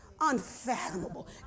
unfathomable